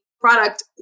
product